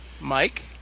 Mike